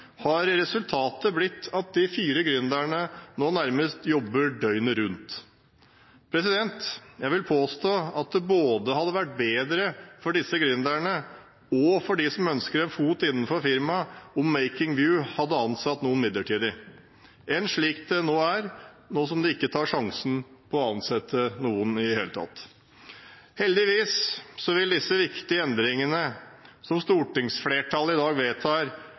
har resultatet blitt at de fire gründerne nå nærmest jobber døgnet rundt. Jeg vil påstå at det hadde vært bedre både for disse gründerne og for dem som ønsker en fot innenfor firmaet, om Making View hadde ansatt noen midlertidig, enn slik det er nå, at de ikke tar sjansen på å ansette noen i det hele tatt. Heldigvis vil disse viktige endringene som stortingsflertallet i dag vedtar